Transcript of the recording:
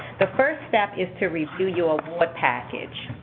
the first step is to review your award package.